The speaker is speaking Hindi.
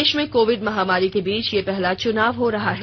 देश में कोविड महामारी के बीच ये पहला चुनाव हो रहा है